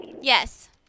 yes